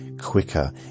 Quicker